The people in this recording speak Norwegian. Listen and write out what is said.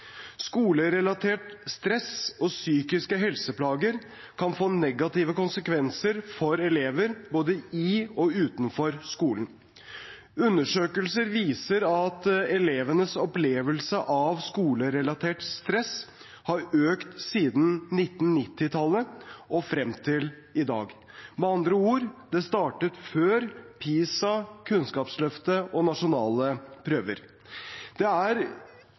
Skolerelatert stress og psykiske helseplager kan få negative konsekvenser for elever både i og utenfor skolen. Undersøkelser viser at elevenes opplevelse av skolerelatert stress har økt siden 1990-tallet og frem til i dag. Med andre ord: Det startet før PISA, Kunnskapsløftet og nasjonale prøver. Det er